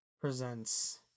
presents